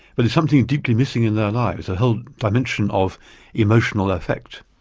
but there's something deeply missing in their lives, a whole dimension of emotional effect.